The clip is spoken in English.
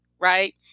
right